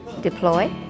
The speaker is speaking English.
deploy